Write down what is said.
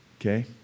Okay